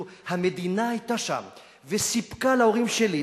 המדינה היתה שם וסיפקה להורים שלי,